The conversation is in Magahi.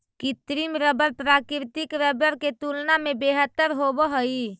कृत्रिम रबर प्राकृतिक रबर के तुलना में बेहतर होवऽ हई